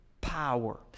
power